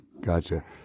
Gotcha